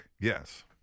Yes